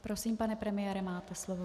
Prosím, pane premiére, máte slovo.